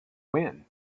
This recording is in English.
when